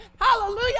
Hallelujah